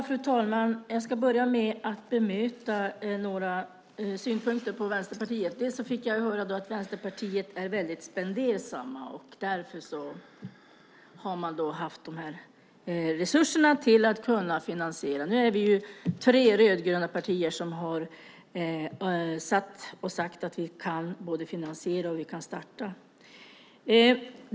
Fru talman! Jag ska börja med att bemöta några synpunkter på Vänsterpartiet. Dels fick jag höra att vi i Vänsterpartiet är väldigt spendersamma, och därför har resurser till att kunna finansiera. Men vi är ju tre rödgröna partier som har sagt att vi kan både finansiera och starta.